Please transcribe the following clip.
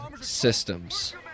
systems